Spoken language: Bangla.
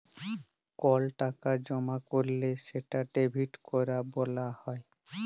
কল টাকা জমা ক্যরলে সেটা ডেবিট ক্যরা ব্যলা হ্যয়